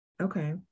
okay